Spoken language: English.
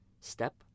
step